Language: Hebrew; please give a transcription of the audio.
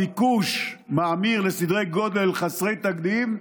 הביקוש מאמיר בסדרי גודל חסרי תקדים,